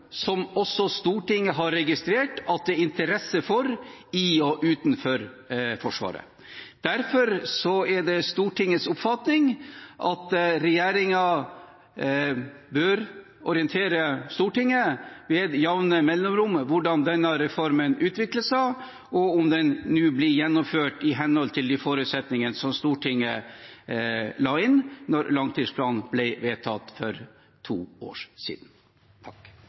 som også Stortinget har registrert at det er interesse for i og utenfor Forsvaret. Derfor er det Stortingets oppfatning at regjeringen bør orientere Stortinget med jevne mellomrom om hvordan denne reformen utvikler seg, og om den nå blir gjennomført i henhold til de forutsetningene som Stortinget la inn da langtidsplanen ble vedtatt for to år siden.